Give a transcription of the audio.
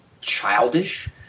childish